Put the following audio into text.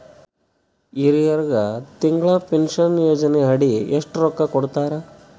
ಹಿರಿಯರಗ ತಿಂಗಳ ಪೀನಷನಯೋಜನ ಅಡಿ ಎಷ್ಟ ರೊಕ್ಕ ಕೊಡತಾರ?